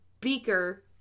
beaker